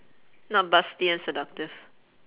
not busty and seductive